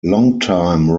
longtime